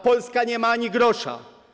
Polska nie ma ani grosza.